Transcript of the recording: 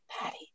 Patty